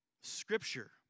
Scripture